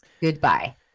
Goodbye